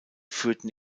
führten